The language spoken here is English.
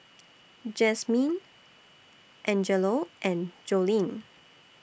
Jazmyne Angelo and Joleen